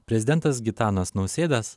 prezidentas gitanas nausėda